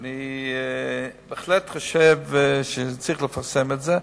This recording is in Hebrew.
ואני בהחלט חושב שצריך לפרסם את זה,